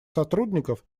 сотрудников